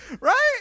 right